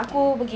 mm